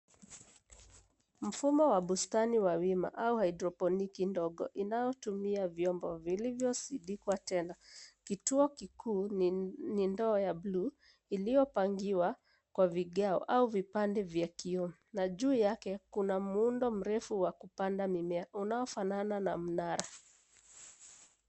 Mfumo wa bustani wa wima au hydroponic ndogo, inayotumia vyombo vilivyosidikwa tena. Kituo kikuu ni ndoo ya blue , iliyopangiwa kwa vigao au vipande vya kioo na juu yake kuna muundo mrefu wa kupanda mimea unaofanana na mnara.